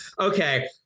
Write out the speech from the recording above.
Okay